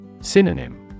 Synonym